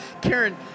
Karen